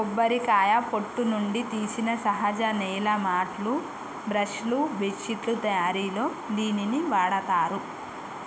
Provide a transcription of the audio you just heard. కొబ్బరికాయ పొట్టు నుండి తీసిన సహజ నేల మాట్లు, బ్రష్ లు, బెడ్శిట్లు తయారిలో దీనిని వాడతారు